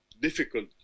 difficult